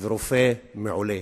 ורופא מעולה.